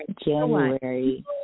January